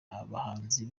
abahanzi